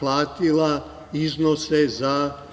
platila iznose za